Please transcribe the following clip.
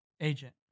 agent